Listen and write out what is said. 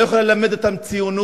לא יכולה ללמד אותם ציונות,